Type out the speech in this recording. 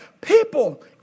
people